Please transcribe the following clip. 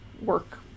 work